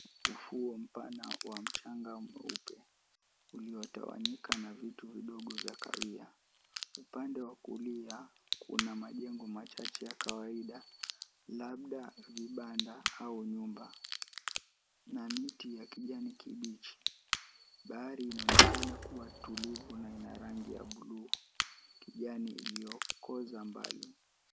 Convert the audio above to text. Ufuo mpana wa mchanga mweupe uliotawanyika na vitu vidogo vya kawia. Upande wa kulia kuna majengo machache ya kawaidaz labda vibanda au nyumba. Na miti ya kijani kibichi, bahari inaonekana kuwa tulivu na ina rangi ya bluu, kijani iliyokoza mbali.